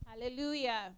Hallelujah